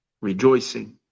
rejoicing